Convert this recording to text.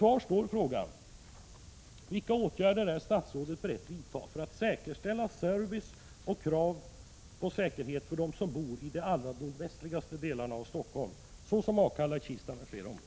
Kvar står frågan: Vilka åtgärder är statsrådet beredd att vidta för att säkerställa service och krav på säkerhet för dem som bor i de nordvästligaste delarna av Stockholm, såsom Akalla, Kista m.fl. områden?